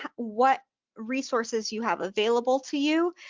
what resources you have available to you.